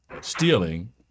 stealing